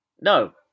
no